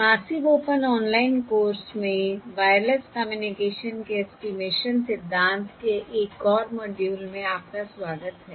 massive open online course में wireless communication के estimation सिद्धांत के एक और मॉड्यूल में आपका स्वागत है